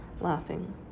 laughing